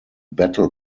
battle